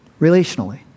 relationally